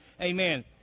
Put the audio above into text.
Amen